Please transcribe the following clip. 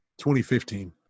2015